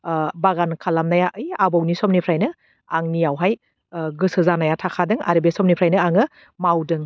ओह बागान खालामनाया है आबौनि समनिफ्रायनो आंनियावहाय ओह गोसो जानाया थाखादों आरो बे समनिफ्रायनो आङो मावदों